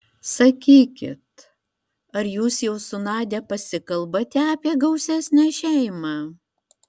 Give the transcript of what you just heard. sakykit ar jūs jau su nadia pasikalbate apie gausesnę šeimą